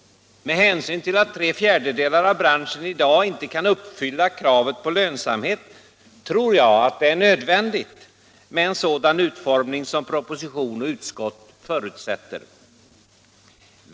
Med hänsyn till att tre fjärdedelar av branschen i dag inte kan uppfylla kravet på lönsamhet tror jag att det är nödvändigt med en sådan utformning som proposition och utskott förutsätter.